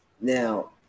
Now